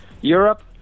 europe